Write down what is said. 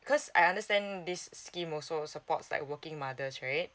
because I understand this scheme also supports like working mothers right